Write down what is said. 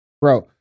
bro